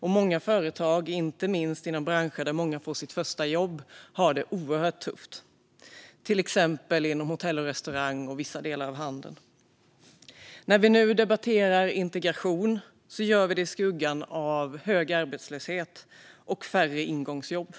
Många företag, inte minst inom branscher där många får sitt första jobb, har det oerhört tufft, till exempel inom hotell och restaurang och vissa delar av handeln. När vi nu debatterar integration gör vi det i skuggan av hög arbetslöshet och färre ingångsjobb.